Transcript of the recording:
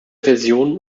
versionen